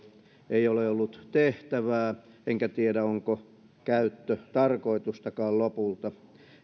ei ole ollut tehtävää enkä tiedä onko käyttötarkoitustakaan lopulta